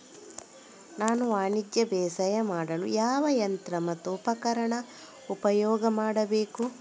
ನಾನು ವಾಣಿಜ್ಯ ಬೇಸಾಯ ಮಾಡಲು ಯಾವ ಯಂತ್ರ ಮತ್ತು ಉಪಕರಣ ಉಪಯೋಗ ಮಾಡಬೇಕು?